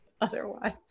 otherwise